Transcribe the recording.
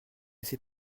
sais